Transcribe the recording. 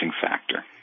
factor